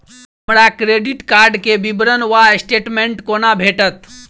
हमरा credit card केँ विवरण वा स्टेटमेंट कोना भेटत?